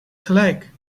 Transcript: gelijk